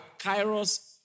Kairos